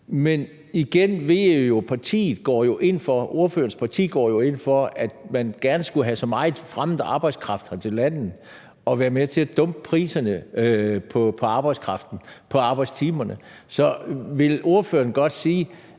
jeg jo, at ordførerens parti går ind for, at man gerne skulle have så meget fremmed arbejdskraft her til landet, som er med til at dumpe priserne på arbejdskraften, på arbejdstimerne. Så vil ordføreren godt sige,